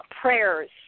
prayers